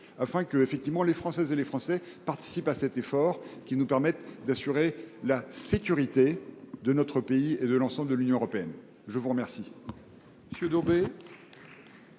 afin que les Françaises et les Français participent à cet effort qui nous permettra d’assurer la sécurité de notre pays et de l’ensemble de l’Union européenne. La parole